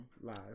Live